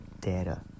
Data